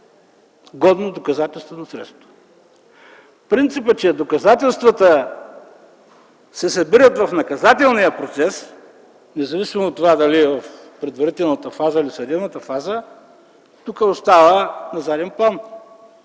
годно доказателствено средство. Принципът, че доказателствата се събират в наказателния процес, независимо от това дали в предварителната или в съдебната фаза, тук остава на заден план.